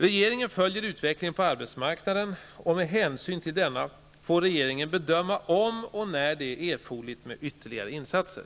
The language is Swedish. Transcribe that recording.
Regeringen följer utvecklingen på arbetsmarknaden, och med hänsyn till denna får regeringen bedöma om och när det är erforderligt med ytterligare insatser.